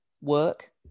work